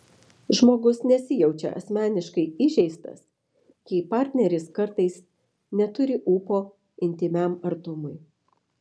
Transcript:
žmogus nesijaučia asmeniškai įžeistas jei partneris kartais neturi ūpo intymiam artumui